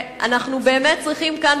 אנחנו באמת צריכים כאן,